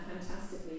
fantastically